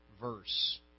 verse